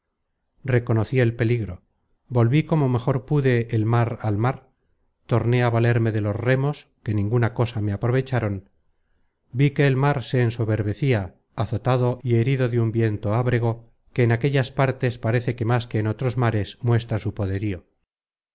reconocí el peligro volví como mejor pude el mar al mar torné á valerme de los remos que ninguna cosa me aprovecharon vi que el mar se ensorberbecia azotado y herido de un viento ábrego que en aquellas partes parece que más que en otros mares muestra su poderío